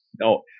no